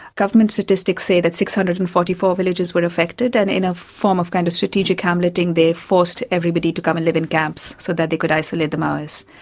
government statistics say that six hundred and forty four villages were affected, and in a form of kind of strategic hamletting they forced everybody to come and live in camps so that they could isolate the maoists,